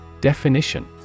Definition